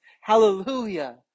Hallelujah